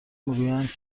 میگویند